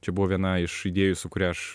čia buvo viena iš idėjų su kuria aš